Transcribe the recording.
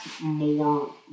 more